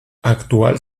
actual